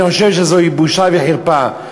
אני חושב שזוהי בושה וחרפה.